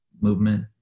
movement